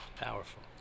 Powerful